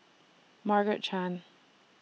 Margaret Chan